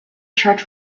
church